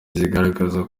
zigaragaza